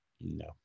No